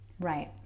Right